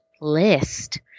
list